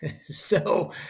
So-